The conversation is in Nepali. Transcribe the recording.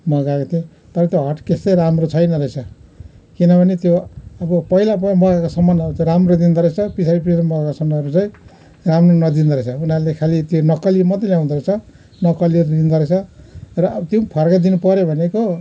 मगाएको थिएँ तर त्यो हटकेस चाहिँ राम्रो छैन रहेछ किनभने त्यो अब पहिला प मगाएको सामानहरू चाहिँ राम्रो दिँदोरहेछ पछाडि पछाडि मगाएको सामानहरू चाहिँ राम्रो नदिँदो रहेछ उनीहरूले खालि त्यो नक्कली मात्रै ल्याउँदो रहेछ नक्कलीहरू दिँदोरहेछ र अब त्यो पनि फर्काइदिनु पऱ्यो भनेको